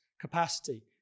capacity